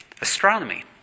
astronomy